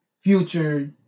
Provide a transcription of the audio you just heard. future